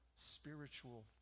spiritual